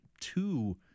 two